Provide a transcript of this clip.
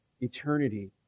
eternity